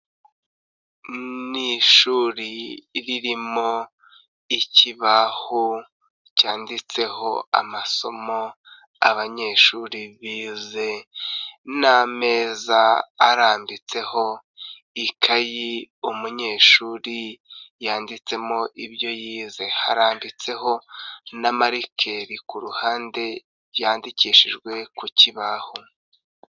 Ni ishuri ririmo ikibaho cyanditseho amasomo abanyeshuri bize, n'ameza arambitseho ikayi umunyeshuri yanditsemo ibyo yize, harambitseho na marikeri ku ruhande yandikishijwe ku kibaho.